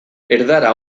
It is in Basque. erdara